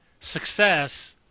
success